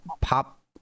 pop